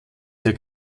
der